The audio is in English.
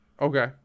okay